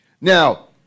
Now